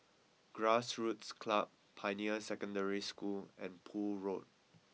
Grassroots Club Pioneer Secondary School and Poole Road